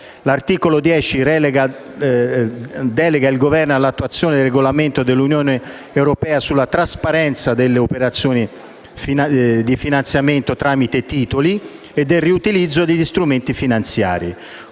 L'articolo 10 delega il Governo all'attuazione del regolamento dell'Unione europea sulla trasparenza delle operazioni di finanziamento tramite titoli e del riutilizzo di strumenti finanziari.